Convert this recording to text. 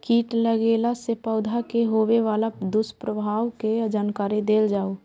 कीट लगेला से पौधा के होबे वाला दुष्प्रभाव के जानकारी देल जाऊ?